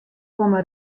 komme